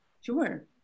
Sure